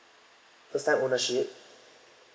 first time ownership